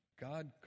God